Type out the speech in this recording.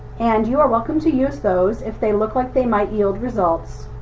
and you are welcome to use those if they look like they might yield results